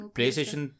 PlayStation